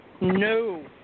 No